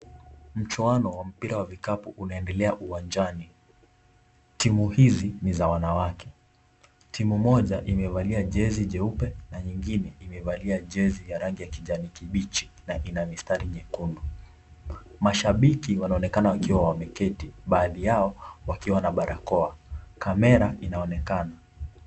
Mchuano wa mpira wa vikapu unaendelea uwanjani, timu hizi ni za wanawake , timu moja imevalia jezi jeupe na nyingine imevalia jeza ya rangi ya kijani kibichi na ina mistari nyekundu. Mashabiki wanaonekana wakiwa wameketi , baadhi yao wakiwa na barakoa, camera inaoneka.